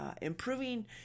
improving